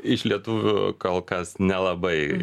iš lietuvių kol kas nelabai